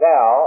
Now